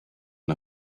and